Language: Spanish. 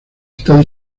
está